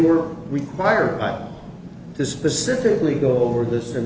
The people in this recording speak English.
were required to specifically go over this and